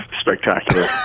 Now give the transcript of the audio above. spectacular